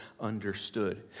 understood